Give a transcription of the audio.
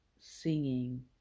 singing